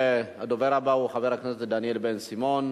הדובר הבא הוא חבר הכנסת דניאל בן-סימון.